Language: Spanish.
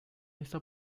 esta